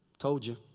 told you.